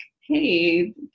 Hey